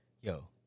Yo